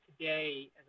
today